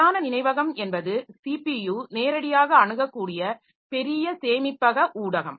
பிரதான நினைவகம் என்பது ஸிபியு நேரடியாக அணுகக்கூடிய பெரிய சேமிப்பக ஊடகம்